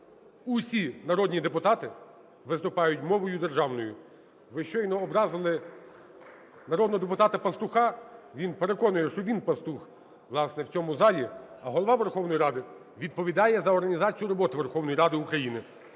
усі народні депутати виступають мовою державною. Ви щойно образили народного депутата Пастуха. Він переконує, що він Пастух, власне, в цьому залі, а Голова Верховної Ради відповідає за організацію роботи Верховної Ради України.